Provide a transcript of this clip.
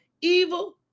evil